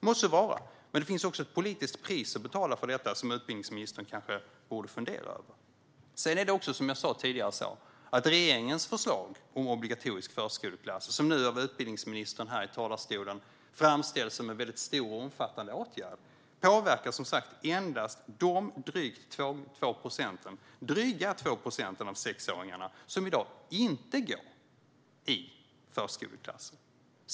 Må så vara, men det finns också ett politiskt pris att betala för detta som utbildningsministern kanske borde fundera över. Som jag sa tidigare påverkar regeringens förslag om obligatorisk förskoleklass, som nu av utbildningsministern här i talarstolen framställs som en stor och omfattande åtgärd, endast de drygt 2 procent av sexåringarna som i dag inte går i förskoleklass.